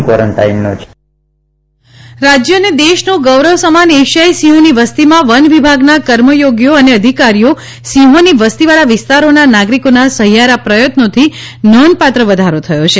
પ્રજાપતિ રાજ્ય અને દેશનું ગૌરવસમાન એશિયાઈ સિંહોની વસ્તીમાં વન વિભાગના કર્મયોગીઓ અને અધિકારીઓ સિંહોની વસ્તીવાળા વિસ્તારોના નાગરિકોના સહિયારા પ્રયત્નોથી નોંધપાત્ર વધારો થયો છે